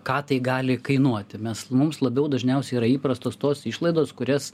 ką tai gali kainuoti mes mums labiau dažniausiai yra įprastos tos išlaidos kurias